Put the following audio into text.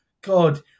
God